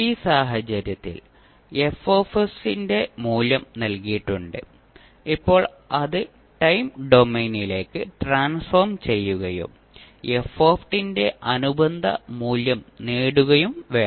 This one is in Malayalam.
ഈ സാഹചര്യത്തിൽ F ന്റെ മൂല്യം നൽകിയിട്ടുണ്ട് ഇപ്പോൾ അത് ടൈം ഡൊമെയ്നിലേക്ക് ട്രാൻസ്ഫോം ചെയ്യുകയും f ന്റെ അനുബന്ധ മൂല്യം നേടുകയും വേണം